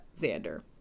Xander